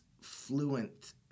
fluent